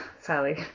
Sally